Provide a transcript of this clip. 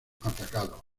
atacados